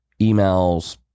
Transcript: emails